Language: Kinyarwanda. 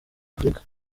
afrika